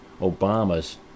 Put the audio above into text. Obama's